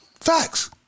Facts